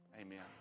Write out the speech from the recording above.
Amen